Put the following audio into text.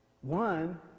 one